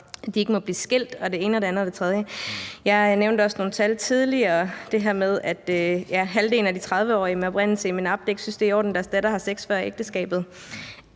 at de ikke måtte blive skilt og det ene og det andet og det tredje. Jeg nævnte også tidligere nogle tal om, at halvdelen af de 30-årige med oprindelse i MENAPT-landene ikke synes, at det er i orden, at deres datter har sex før ægteskabet.